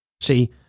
See